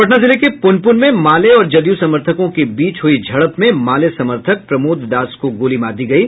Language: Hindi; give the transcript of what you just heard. पटना जिले के पुनपुन में माले और जदयू समर्थकों के बीच हुई झड़प में माले समर्थक प्रमोद दास को गोली मार दी गयी